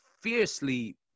fiercely